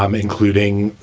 um including,